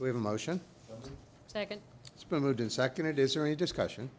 we have a motion second it's been moved in second it is very discussion